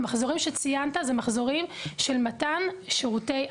המחזורים שציינת זה מחזורים של מתן שירותי אשראי.